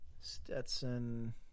Stetson